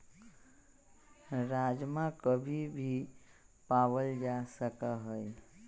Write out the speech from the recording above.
राजमा कभी भी पावल जा सका हई